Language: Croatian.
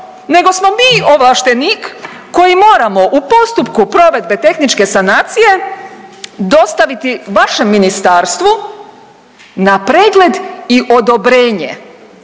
nego smo mi ovlaštenik koji moramo u postupku provedbe tehničke sanacije dostaviti vašem ministarstvu na pregled i odobrenje,